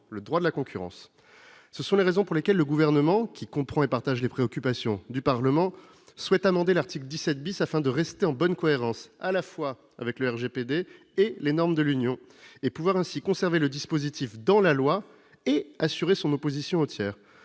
le droit de la concurrence. Ce sont les raisons pour lesquelles le Gouvernement, qui comprend et partage les préoccupations du Parlement, souhaite amender l'article 17 , afin de rester en cohérence à la fois avec le RGPD et avec les normes de l'Union, de façon à pouvoir conserver le dispositif dans la loi et à assurer son opposabilité aux tiers.